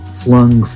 flung